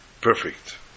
perfect